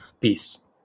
peace